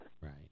Right